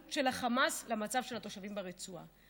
של החמאס למצב של התושבים ברצועה.